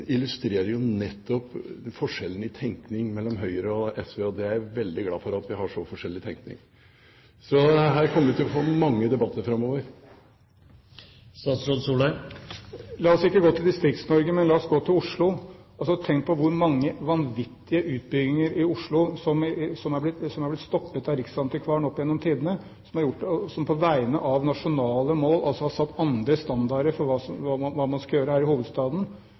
illustrerer nettopp forskjellen i tenkning mellom Høyre og SV. Jeg er veldig glad for at vi har så forskjellig tenkning. Så her kommer vi til å få mange debatter framover. La oss ikke gå til Distrikts-Norge, men la oss gå til Oslo. Tenk på hvor mange vanvittige utbygginger i Oslo som er blitt stoppet av riksantikvaren opp gjennom tidene, som på vegne av nasjonale mål altså har satt andre standarder for hva man skulle gjøre her i hovedstaden.